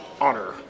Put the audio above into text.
honor